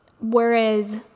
Whereas